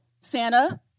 Santa